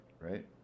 right